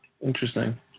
Interesting